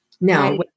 now